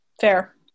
Fair